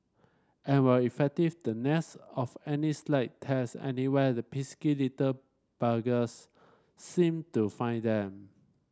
and while effective the nets of any slight tears anywhere the pesky little buggers seem to find them